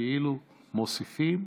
כאילו מוסיפים,